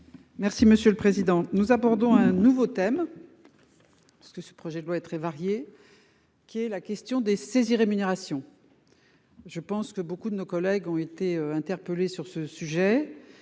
Merci Monsieur le Président, nous abordons un nouveau thème. Parce que ce projet de loi est très varié. Qui est la question des saisies rémunération. Je pense que beaucoup de nos collègues ont été interpellés sur ce sujet,